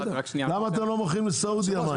למה אתם לא מוכרים לסעודיה מים.